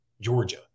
Georgia